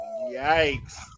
yikes